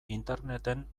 interneten